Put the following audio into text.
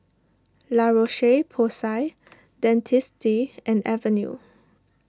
La Roche Porsay Dentiste and Avene